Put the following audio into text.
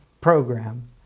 program